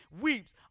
weeps